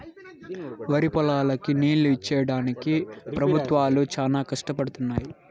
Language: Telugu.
వరిపొలాలకి నీళ్ళు ఇచ్చేడానికి పెబుత్వాలు చానా కష్టపడుతున్నయ్యి